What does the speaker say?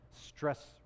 stress